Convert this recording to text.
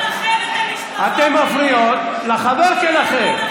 לפחות לנחם את המשפחות, אתן מפריעות לחבר שלכן.